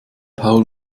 paul